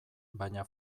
baina